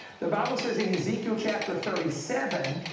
the bible says in ezekiel chapter thirty seven,